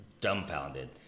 dumbfounded